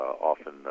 often